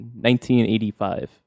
1985